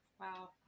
Wow